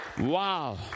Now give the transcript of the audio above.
Wow